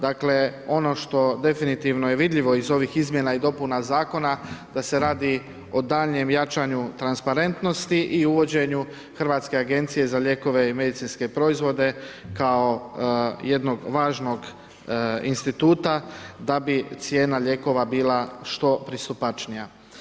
Dakle ono što definitivno je vidljivo iz ovih izmjena i dopuna zakona da se radi o daljnjem jačanju transparentnosti i uvođenju Hrvatske agencije za lijekove i medicinske proizvode kao jednog važnog instituta da bi cijena lijekova bila što pristupačnija.